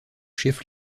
chef